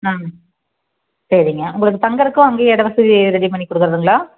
ம் சரிங்க உங்களுக்கு தங்கறதுக்கு அங்கே இட வசதி ரெடி பண்ணி கொடுக்கறதுங்களா